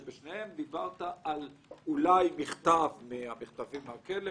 ובשניהם דיברת על אולי מכתב מהמחברות מהכלא,